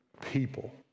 people